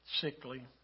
sickly